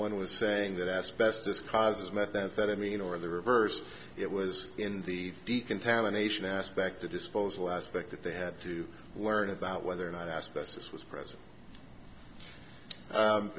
one was saying that asbestos causes methamphetamine or the reverse it was in the decontamination aspect the disposal aspect that they had to learn about whether or not asbestos was pre